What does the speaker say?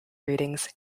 readings